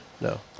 no